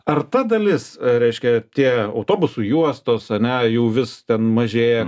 ar ta dalis reiškia tie autobusų juostos ane jų vis ten mažėja